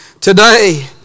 today